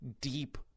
deep